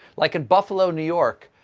like in buffalo, new york.